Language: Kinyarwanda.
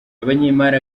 abanyemari